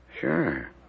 sure